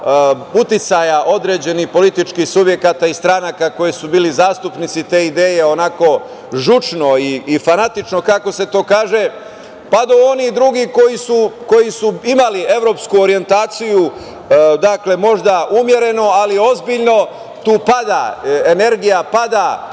uticaja određenih političkih uticaja i stranaka koji su bili zastupnici te ideje onako žučno i fanatično, kako se to kaže, pa do onih drugih koji su imali evropsku orijentaciju, umerenu, ali, tu ozbiljno pada energija, pada